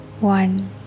one